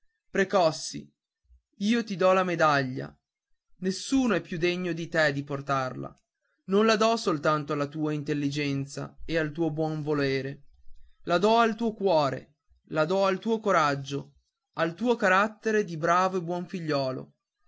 spalla precossi ti dò la medaglia nessuno è più degno di te di portarla non la dò soltanto alla tua intelligenza e al tuo buon volere la dò al tuo cuore la dò al tuo coraggio al tuo carattere di bravo e buon figliuolo